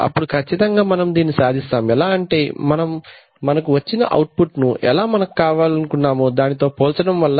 అప్పుడు ఖచ్చితంగా మనము దీనిని సాధిస్తాము ఎలా అంటే మనము మనకు వచ్చిన ఔట్ పుట్ ను ఎలా మనకు కావాలనుకున్నామో దానితో కంపేర్ పోల్చడము వలన